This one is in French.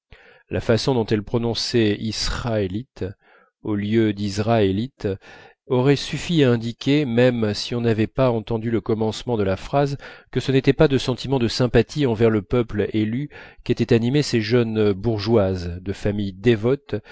la façon dont elle prononçait issraêlite au lieu d izraëlite aurait suffi à indiquer même si on n'avait pas entendu le commencement de la phrase que ce n'était pas de sentiments de sympathie envers le peuple élu qu'étaient animées ces jeunes bourgeoises de familles dévotes